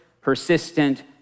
persistent